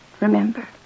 Remember